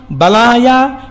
Balaya